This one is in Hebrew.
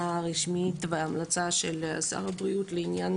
לא, אתם